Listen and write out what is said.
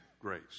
grace